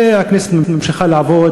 והכנסת ממשיכה לעבוד,